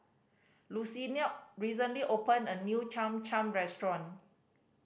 Lucina recently opened a new Cham Cham restaurant